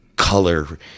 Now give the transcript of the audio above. color